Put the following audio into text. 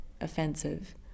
offensive